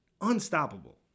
unstoppable